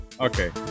okay